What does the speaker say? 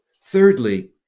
Thirdly